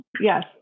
Yes